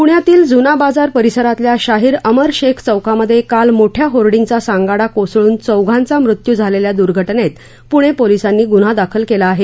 प्ण्यातील जूना बाजार परिसरातल्या शाहीर अमर शेख चौकामध्ये काल मोठ्या होर्डींगचा सांगाडा कोसळून चौघांचा मृत्य झालेल्या दुर्घटनेत पुणे पोलिसांनी गुन्हा दाखल केला आहे